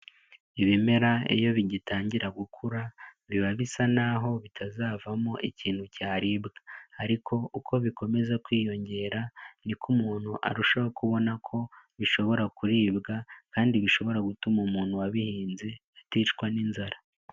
Ibimera iyo bigitangira gukura, biba bisa n'aho bitazavamo ikintu cyaribwa, ariko uko bikomeza kwiyongera, niko umuntu arushaho kubona ko bishobora kuribwa kandi bishobora gutuma umuntu wabihinze, aticwa n'inzara.